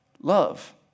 love